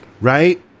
right